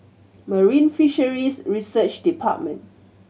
Marine Fisheries Research Department